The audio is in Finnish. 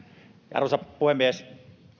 arvoisa puhemies